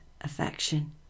affection